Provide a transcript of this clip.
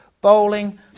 bowling